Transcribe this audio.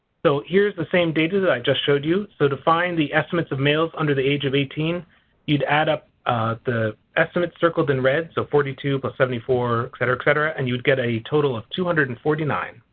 so here's the same data that i just showed you. so to find the estimates of males under the age of eighteen you'd add up the estimates circled in red. so forty two plus but seventy four et cetera. and you would get a total of two hundred and forty nine.